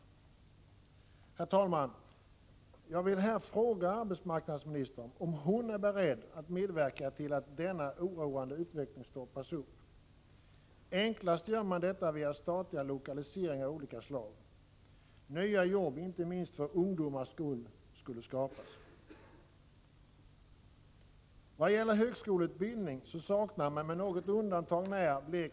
Herr talman! Jag vill här fråga arbetsmarknadsministern om hon är beredd att medverka till att denna oroande utveckling stoppas upp. Enklast gör man detta genom statliga lokaliseringar av olika slag. Nya jobb inte minst för ungdomarnas skull borde skapas. Vad gäller högskoleutbildning saknar Blekinge med något undantag sådan.